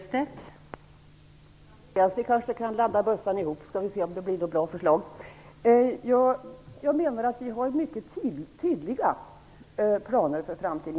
Fru talman! Vi kan kanske ladda bössan tillsammans så skall vi se om det blir några bra förslag. Vi har mycket tydliga planer för framtiden.